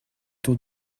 tour